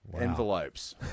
envelopes